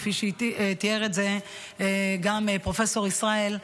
כפי שתיאר את זה גם פרופ' ישראל.